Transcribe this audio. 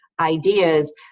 ideas